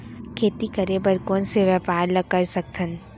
खेती करे बर कोन से व्यापार ला कर सकथन?